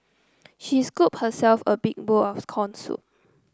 she scooped herself a big bowl of scorn soup